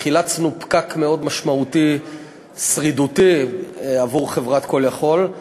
חילצנו פקק מאוד שרידותי עבור חברת "call יכול",